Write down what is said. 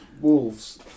Wolves